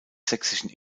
sächsischen